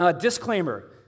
Disclaimer